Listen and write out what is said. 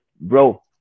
Bro